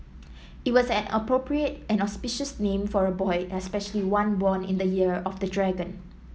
it was an appropriate and auspicious name for a boy especially one born in the year of the dragon